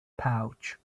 pouch